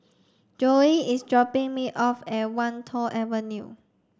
Zoey is dropping me off at Wan Tho Avenue